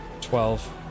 twelve